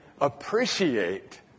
appreciate